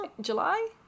July